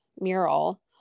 mural